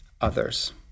others